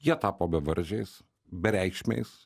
jie tapo bevardžiais bereikšmiais